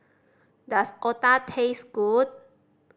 does otah taste good